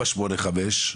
485,